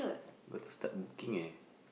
got to start booking eh